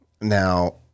Now